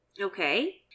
okay